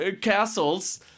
castles